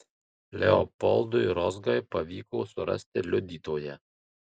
leopoldui rozgai pavyko surasti liudytoją